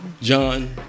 John